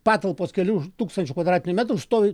patalpos kelių tūkstančių kvadratinių metrų stovi